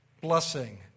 Blessing